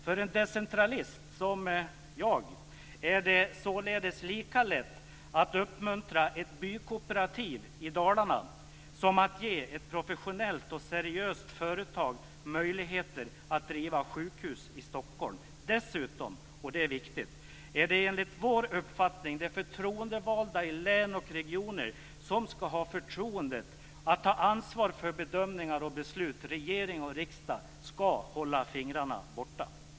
För en decentralist som jag är det således lika lätt att uppmuntra ett bykooperativ i Dalarna som att ge ett professionellt och seriöst företag möjlighet att driva sjukhus i Stockholm. Dessutom är det enligt vår uppfattning de förtroendevalda i län och regioner som ska ha förtroendet att ta ansvar för bedömningar och beslut. Det är viktigt. Regering och riksdag ska hålla fingrarna borta.